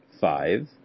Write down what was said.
five